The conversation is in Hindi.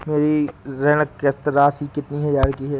मेरी ऋण किश्त राशि कितनी हजार की है?